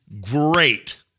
great